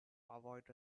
avoid